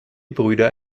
brüder